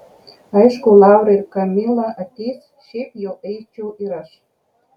aišku laura ir kamila ateis šiaip jau eičiau ir aš